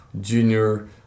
junior